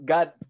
God